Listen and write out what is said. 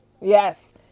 Yes